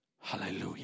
Hallelujah